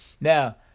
now